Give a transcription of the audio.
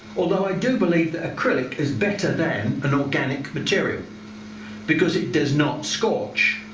although i do believe that acrylic is better than an organic material because it does not scorch,